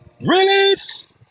Release